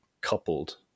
coupled